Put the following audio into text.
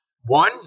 One